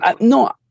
No